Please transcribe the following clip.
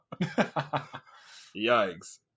yikes